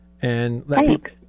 Thanks